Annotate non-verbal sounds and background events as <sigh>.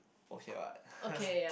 okay what <laughs>